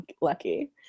lucky